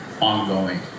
ongoing